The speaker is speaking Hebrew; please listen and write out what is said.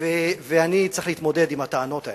ואני צריך להתמודד עם הטענות האלה.